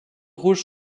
rouges